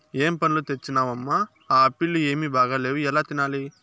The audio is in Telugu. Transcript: ఏం పండ్లు తెచ్చినవమ్మ, ఆ ఆప్పీల్లు ఏమీ బాగాలేవు ఎలా తినాలి